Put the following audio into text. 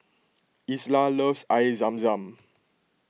Isla loves Air Zam Zam